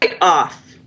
off